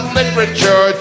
literature